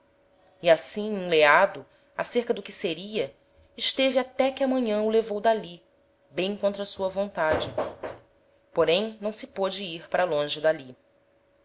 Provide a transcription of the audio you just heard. e assim enleado ácerca do que seria esteve até que a manhan o levou d'ali bem contra sua vontade porém não se pôde ir para longe d'ali